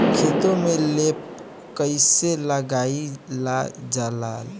खेतो में लेप कईसे लगाई ल जाला?